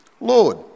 Lord